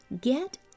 get